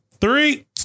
three